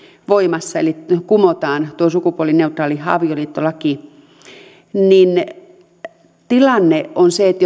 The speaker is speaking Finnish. voimassa eli kumotaan tuo sukupuolineutraali avioliittolaki tilanne on se että